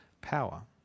power